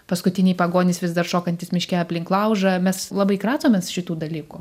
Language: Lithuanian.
paskutiniai pagonys vis dar šokantys miške aplink laužą mes labai kratomės šitų dalykų